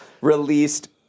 released